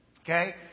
Okay